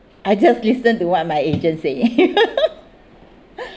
I just listen to what my agent say